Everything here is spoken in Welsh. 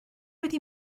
wedi